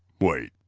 wait.